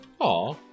Aw